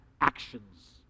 actions